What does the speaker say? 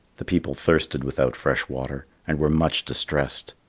the people thirsted without fresh water, and were much distressed,